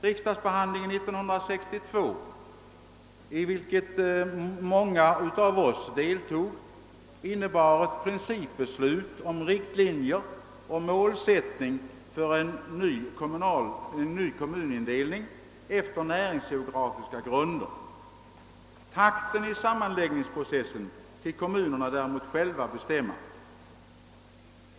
Riksdagsbehandlingen 1962, i vilken många av oss deltog, innebar ett principbeslut om riktlinjer och målsättning för en ny kommunindelning efter näringsgeografiska grunder. Takten i sammanläggningsprocessen fick kommunerna däremot själva bestämma.